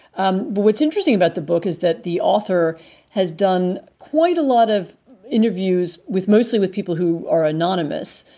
um what's interesting about the book is that the author has done quite a lot of interviews with mostly with people who are anonymous,